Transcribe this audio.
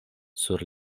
sur